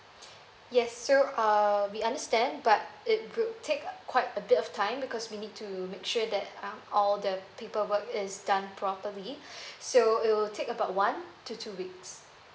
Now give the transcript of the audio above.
yes so uh we understand but it would take quite a bit of time because we need to make sure that um all the paper work is done properly so it will take about one to two weeks